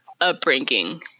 upbringing